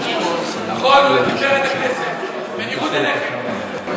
נכון, לתפארת הכנסת, בניגוד לכם.